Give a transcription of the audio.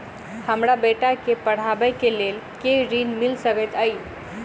हमरा बेटा केँ पढ़ाबै केँ लेल केँ ऋण मिल सकैत अई?